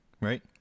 right